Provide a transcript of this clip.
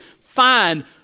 find